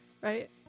right